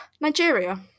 Nigeria